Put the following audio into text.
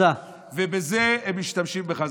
ובזה הם משתמשים בך.